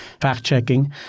fact-checking